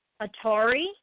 Atari